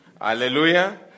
Hallelujah